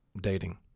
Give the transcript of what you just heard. dating